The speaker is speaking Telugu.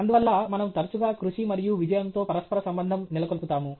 అందువల్ల మనము తరచుగా కృషి మరియు విజయంతో పరస్పర సంబంధం నెలకొల్పుతాము